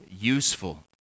useful